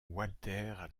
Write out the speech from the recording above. walter